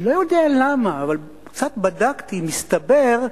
אני לא יודע למה, אבל קצת בדקתי, מסתבר,